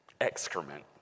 excrement